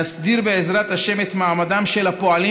נסדיר בעזרת השם את מעמדם של הפועלים